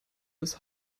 des